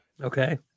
Okay